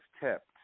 tipped